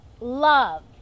Love